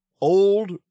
Old